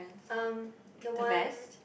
um the one